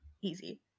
Easy